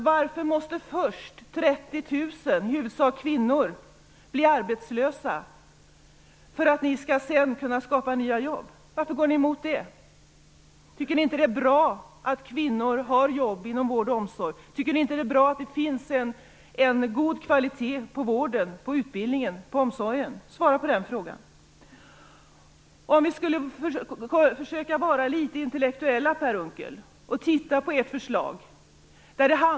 Varför måste först 30 000, i huvudsak kvinnor, bli arbetslösa för att ni sedan skall kunna skapa nya jobb? Tycker ni inte att det är bra att kvinnor har jobb inom vård och omsorg? Tycker ni inte att det bra att det finns en god kvalitet på vården, utbildningen och omsorgen? Svara på den frågan! Vi skulle kunna försöka vara litet intellektuella, Per Unckel, och titta på ert förslag.